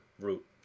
root